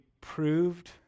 proved